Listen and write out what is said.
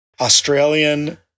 Australian